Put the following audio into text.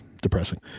depressing